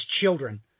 children